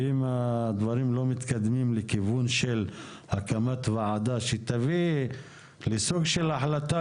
ואם הדברים לא מתקדמים לכיוון של הקמת ועדה שתביא לסוג של החלטה,